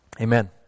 amen